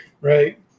Right